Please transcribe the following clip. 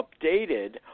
updated